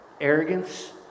arrogance